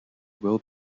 will